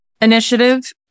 initiative